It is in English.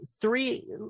three